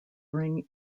ring